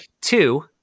Two